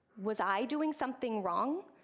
was i doing something wrong?